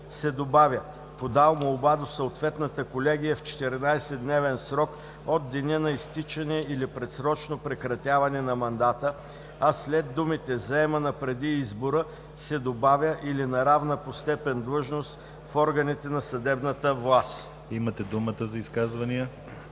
се добавя „подал молба до съответната колегия в 14-дневен срок от деня на изтичане или предсрочно прекратяване на мандата“, а след думите „заемана преди избора“ се добавя „или на равна по степен длъжност в органите на съдебната власт“. ПРЕДСЕДАТЕЛ ДИМИТЪР